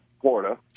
Florida